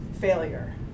failure